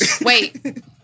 Wait